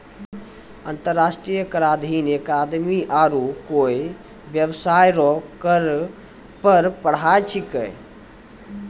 अंतर्राष्ट्रीय कराधीन एक आदमी आरू कोय बेबसाय रो कर पर पढ़ाय छैकै